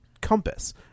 compass